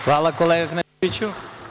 Hvala, kolega Kneževiću.